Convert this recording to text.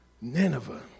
Nineveh